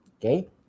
Okay